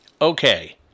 okay